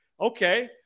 Okay